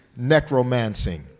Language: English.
Necromancing